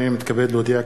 הנני מתכבד להודיע,